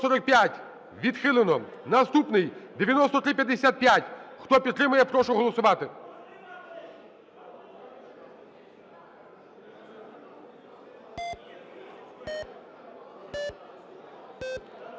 Наступний – 9355. Хто підтримує, прошу голосувати.